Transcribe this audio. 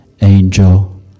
angel